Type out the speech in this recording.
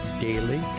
daily